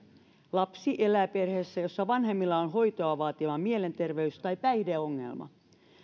lapsi elää perheessä jossa vanhemmilla on hoitoa vaativa mielenterveys tai päihdeongelma